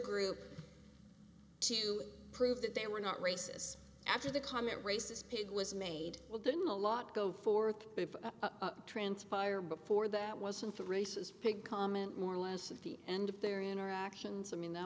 group to prove that they were not races after the comment racist pig was made well didn't a lot go forth transpire before that wasn't a racist pig comment more or less at the end of their interactions i mean that